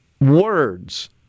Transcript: Words